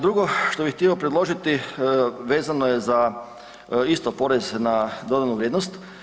Drugo što bih htio predložiti vezano je za isto porez na dodanu vrijednost.